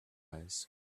eyes